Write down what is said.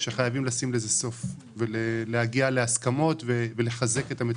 שחייבים לשים לזה סוף ולהגיע להסכמות ולחזק את המטפלות.